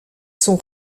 sont